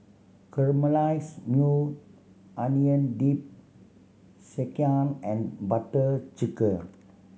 Caramelize Maui Onion Dip Sekihan and Butter Chicken